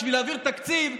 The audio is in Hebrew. בשביל להעביר תקציב,